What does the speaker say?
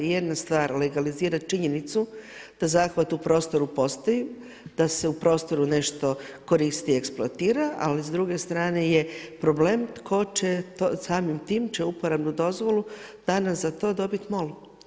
Jedna stvar legalizirat činjenicu da zahvat u prostoru postoji, da se u prostoru nešto koristi, eksploatira, ali s druge strane je problem tko će, samim tim će uporabnu dozvolu danas za to dobit MOL.